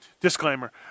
Disclaimer